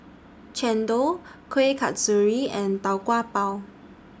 Chendol Kuih Kasturi and Tau Kwa Pau